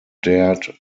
dared